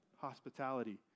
hospitality